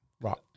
right